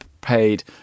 paid